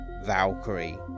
Valkyrie